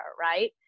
Right